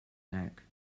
neck